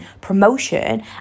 promotion